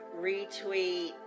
retweet